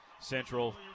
Central